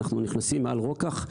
אנחנו נכנסים מעל רוקח,